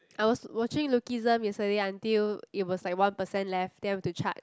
I was watching Lookism yesterday until it was like one percent left then I have to charge